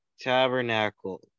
Tabernacle